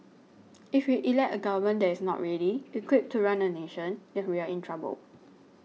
if we elect a government that is not ready equipped to run a nation then we are in trouble